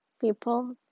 people